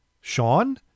Sean